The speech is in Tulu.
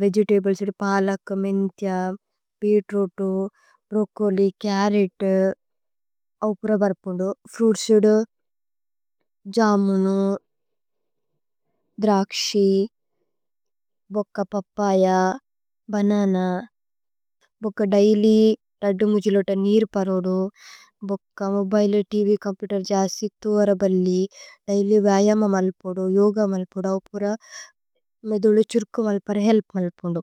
വേഗേതബ്ലേസ്। സുദ പലക്, മിന്ഥ്യ, beetroot, broccoli, carrot. Fruit seed ജമുനു, ദ്രക്ശി, ഓക പപയ, ബനന। ഓക ദൈല്യ് ലദ്ദു മുജിലോത നീര്പരോദു ഓക മോബിലേ। ത്വ് ചോമ്പുതേര്, ജസ്സി, തുവരബല്ലി, ദൈല്യ് വയമ। മലുപ്പുദു യോഗ മലുപ്പുദു ഓക മേധുലു ഛുര്കു। മലുപ്പര ഹേല്പ് മലുപ്പുന്ദു।